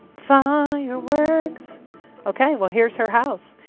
fireworks. ok, well, here's her house.